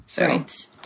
Right